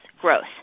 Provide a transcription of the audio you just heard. growth